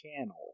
channel